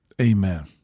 Amen